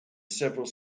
several